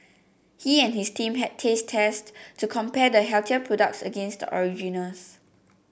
he and his team had taste tests to compare the healthier products against the originals